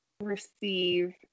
receive